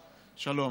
שלום.